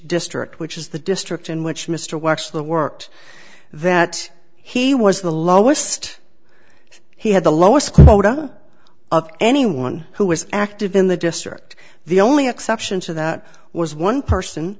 district which is the district in which mr wexler worked that he was the lowest he had the lowest quota of anyone who was active in the district the only exception to that was one person